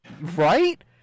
Right